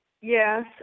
Yes